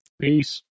Peace